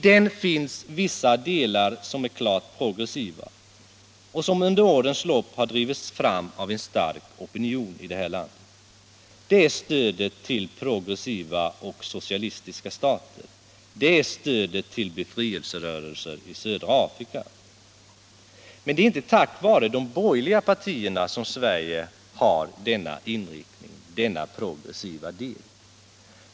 Där finns vissa delar som är klart progressiva och som under årens lopp har drivits fram av en stark opinion i det här landet. Det är stödet till progressiva och socialistiska stater. Det är stödet till befrielserörelser i södra Afrika. Men det är inte tack vare de borgerliga partierna som Sverige har fått denna inriktning på den här delen av biståndspolitiken.